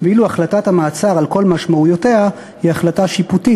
ואילו החלטת המאסר על כל משמעויותיה היא החלטה שיפוטית,